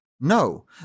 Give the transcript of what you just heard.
No